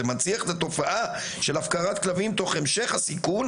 את התופעה של הפקרת כלבים תוך המשך הסיכון